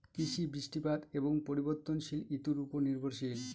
কৃষি বৃষ্টিপাত এবং পরিবর্তনশীল ঋতুর উপর নির্ভরশীল